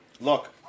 look